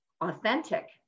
authentic